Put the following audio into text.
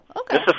okay